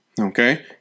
Okay